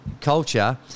culture